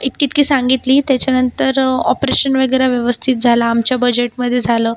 इतकीइतकी सांगितली त्याच्यानंतर ऑपरेशन वगैरे व्यवस्थित झालं आमच्या बजेटमध्ये झालं